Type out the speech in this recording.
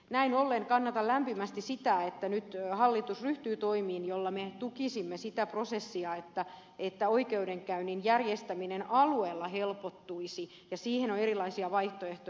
näin ollen kannatan lämpimästi sitä että nyt hallitus ryhtyy toimiin joilla me tukisimme sitä prosessia että oikeudenkäynnin järjestäminen alueella helpottuisi ja siihen on erilaisia vaihtoehtoja